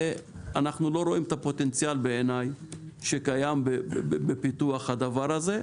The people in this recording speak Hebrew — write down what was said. ואנו לא רואים את הפוטנציאל בעיניי שקיים בפיתוח הדבר הזה.